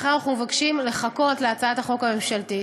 לכן אנחנו מבקשים לחכות להצעת החוק הממשלתית.